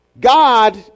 God